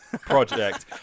project